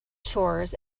chores